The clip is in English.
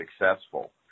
successful